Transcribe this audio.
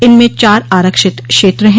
इनमें चार आरक्षित क्षेत्र हैं